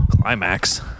Climax